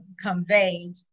conveyed